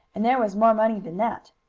and there was more money than that.